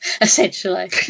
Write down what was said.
essentially